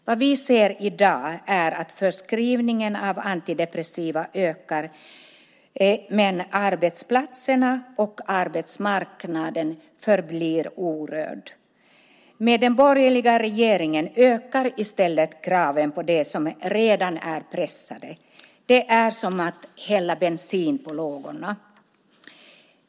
Vad vi ser i dag är att förskrivningen av antidepressiva ökar, men arbetsplatserna och arbetsmarknaden förblir orörda. Med den borgerliga regeringen ökar i stället kraven på dem som redan är pressade. Det är som att hälla bensin på lågorna.